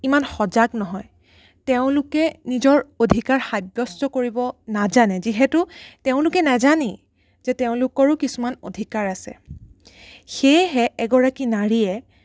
ইমান সজাগ নহয় তেওঁলোকে নিজৰ অধিকাৰ সাব্যস্ত কৰিব নাজানে যিহেতু তেওঁলোকে নাজানেই যে তেওঁলোকৰো কিছুমান অধিকাৰ আছে সেয়েহে এগৰাকী নাৰীয়ে